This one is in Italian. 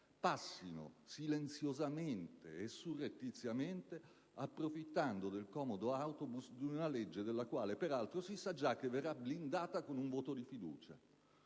passino silenziosamente e surrettiziamente, approfittando del comodo autobus di una legge della quale, peraltro, si sa già che verrà blindata con un voto di fiducia.